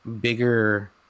bigger